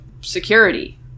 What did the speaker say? security